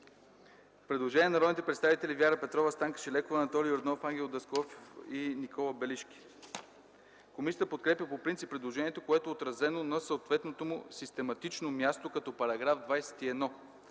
предложение на народните представители Вяра Петрова, Станка Шайлекова, Анатолий Йорданов, Ангел Даскалов и Никола Белишки. Комисията подкрепя по принцип предложението, което е отразено на съответното му систематично място като § 21.